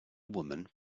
woman